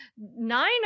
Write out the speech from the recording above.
nine